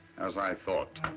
as i thought,